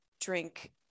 drink